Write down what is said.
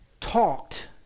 talked